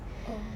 oh